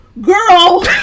Girl